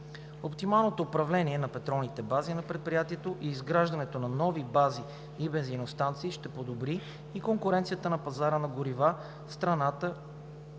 Оптималното управление на петролните бази на предприятието и изграждането на нови бази и бензиностанции ще подобри и конкуренцията на пазара на горива в страната,